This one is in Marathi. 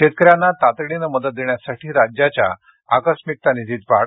शेतकऱ्यांना तातडीनं मदत देण्यासाठी राज्याच्या आकस्मिकता निधीत वाढ